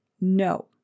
No